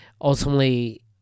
ultimately